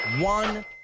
One